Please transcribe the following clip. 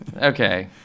okay